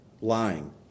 lying